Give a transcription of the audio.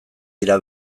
dira